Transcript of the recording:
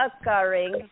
occurring